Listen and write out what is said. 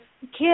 kid